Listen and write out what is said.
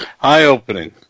eye-opening